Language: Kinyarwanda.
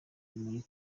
muri